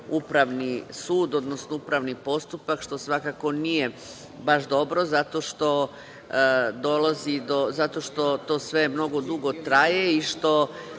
upravni sud, odnosno upravni postupak, što svakako nije baš dobro zato što to sve mnogo dugo traje i što